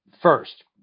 first